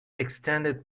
extended